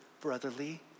brotherly